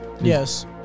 Yes